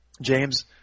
James